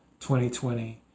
2020